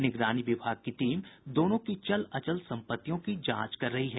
निगरानी विभाग की टीम दोनों की चल अचल सम्पत्तियों की जांच कर रही है